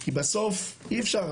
כי בסוף אי אפשר,